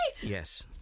Yes